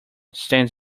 stands